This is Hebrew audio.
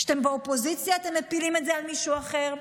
כשאתם באופוזיציה אתם מפילים את זה על מישהו אחר,